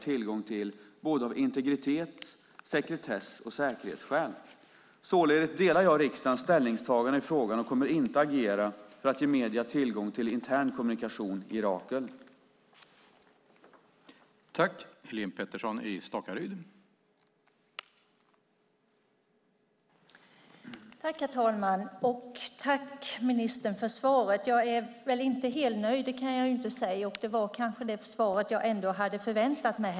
Jag kan inte säga att jag är helnöjd, och detta var kanske också det svar som jag hade förväntat mig.